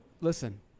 Listen